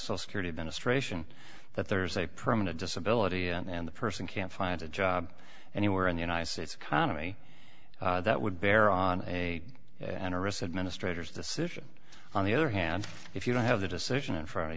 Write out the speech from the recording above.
some security administration that there's a permanent disability and the person can't find a job anywhere in the united states economy that would bear on a and arrests administrator decision on the other hand if you don't have the decision in front of